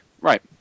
right